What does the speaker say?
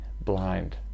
blind